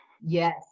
yes